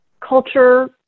culture